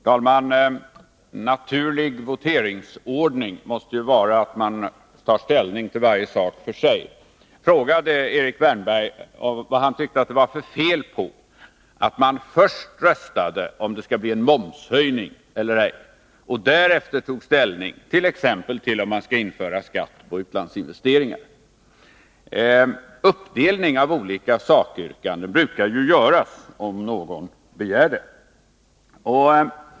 Herr talman! En naturlig voteringsordning innebär att man tar ställning till varje sak för sig. Jag frågade Erik Wärnberg vad han tyckte att det var för fel på att man först röstade om det skulle bli en momshöjning eller ej och därefter tog ställning exempelvis till skatt på utlandsinvesteringar. Uppdelning på olika sakyrkanden brukar ju göras, om någon begär det.